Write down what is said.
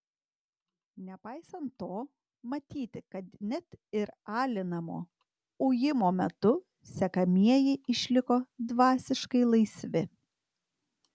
nepaisant to matyti kad net ir alinamo ujimo metu sekamieji išliko dvasiškai laisvi